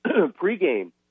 pregame